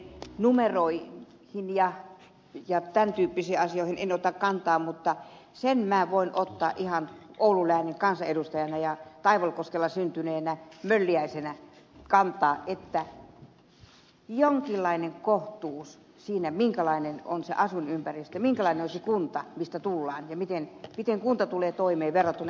lauslahden numeroihin ja tämän tyyppisiin asioihin en ota kantaa mutta siihen minä voin ottaa kantaa ihan oulun läänin kansanedustajana ja taivalkoskella syntyneenä mölliäisenä että jonkinlainen kohtuus pitää olla siinä minkälainen on se asuinympäristö minkälainen on se kunta mistä tullaan ja miten kunta tulee toimeen verrattuna esimerkiksi helsinkiin